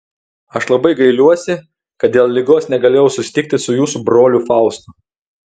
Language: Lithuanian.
aš labai gailiuosi kad dėl ligos negalėjau susitikti su jūsų broliu faustu